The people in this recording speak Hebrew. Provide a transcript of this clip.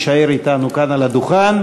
יישאר אתנו כאן על הדוכן.